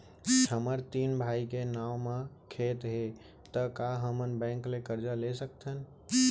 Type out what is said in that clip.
हमर तीन भाई के नाव म खेत हे त का हमन बैंक ले करजा ले सकथन?